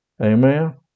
Amen